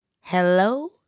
hello